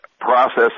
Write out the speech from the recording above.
process